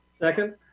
Second